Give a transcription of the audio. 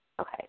Okay